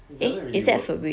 it doesn't really work